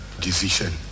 decision